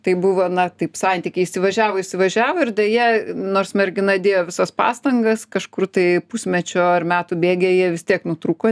tai buvo na taip santykiai įsivažiavo įsivažiavo ir deja nors mergina dėjo visas pastangas kažkur tai pusmečio ar metų bėgyje jie vis tiek nutrūko